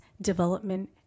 development